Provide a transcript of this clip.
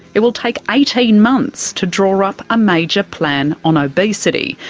it will take eighteen months to draw up a major plan on obesity.